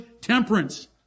temperance